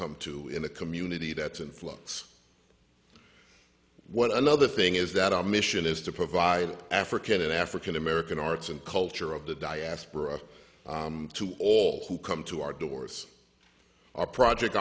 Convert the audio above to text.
come to in a community that's in flux what another thing is that our mission is to provide african and african american arts and culture of the diaspora to all who come to our doors our project